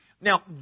Now